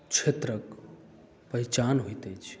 क्षेत्रक पहचान होइत अछि